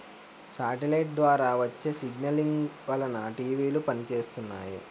satellite ద్వారా వచ్చే signalling వలన టీవీలు పనిచేస్తున్నాయి